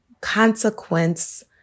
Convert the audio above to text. consequence